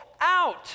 out